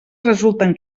resulten